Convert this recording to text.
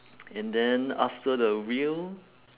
and then after the wheel